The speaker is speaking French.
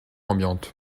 ambiante